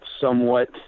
somewhat